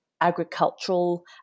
agricultural